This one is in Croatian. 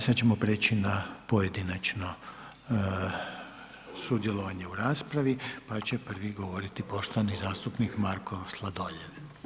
Sad ćemo preći na pojedinačno sudjelovanje u raspravi, pa će prvi govoriti poštovani zastupnik Marko Sladoljev.